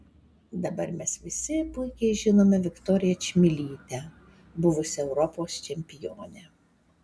dabar mes visi puikiai žinome viktoriją čmilytę buvusią europos čempionę